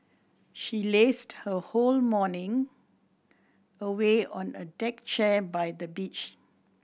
she lazed her whole morning away on a deck chair by the beach